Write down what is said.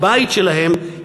הבית שלהם,